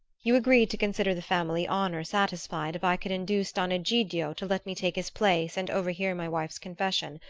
you agreed to consider the family honor satisfied if i could induce don egidio to let me take his place and overhear my wife's confession,